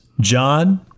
John